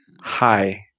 Hi